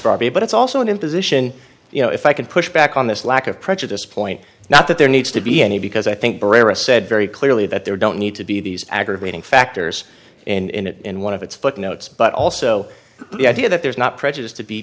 harvey but it's also an imposition you know if i can push back on this lack of prejudice point not that there needs to be any because i think said very clearly that there don't need to be these aggravating factors in and one of its footnotes but also the idea that there's not